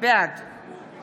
בעד